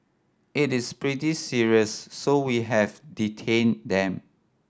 it is pretty serious so we have detained them